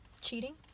cheating